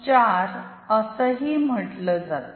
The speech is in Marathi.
4 असंही म्हटलं जातं